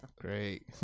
great